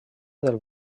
del